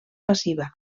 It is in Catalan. passiva